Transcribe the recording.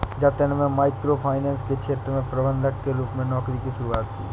जतिन में micro finance के क्षेत्र में प्रबंधक के रूप में नौकरी की शुरुआत की